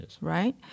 right